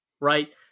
right